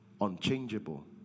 Unchangeable